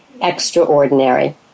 extraordinary